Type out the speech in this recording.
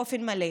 באופן מלא.